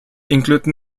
include